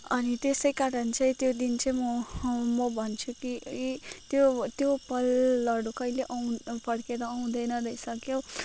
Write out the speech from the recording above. अनि त्यसै कारण चाहिँ त्यो दिन चाहिँ म म भन्छु कि त्यो त्यो पलहरू कहिले आउँदैन फर्केर आउँदैन रहेछ क्या हो